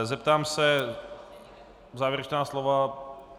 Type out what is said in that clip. Zeptám se na závěrečná slova.